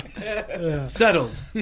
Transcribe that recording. settled